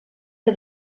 que